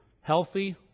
healthy